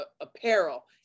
apparel